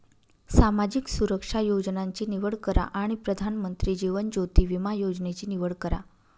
सामाजिक सुरक्षा योजनांची निवड करा आणि प्रधानमंत्री जीवन ज्योति विमा योजनेची निवड करा